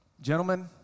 Gentlemen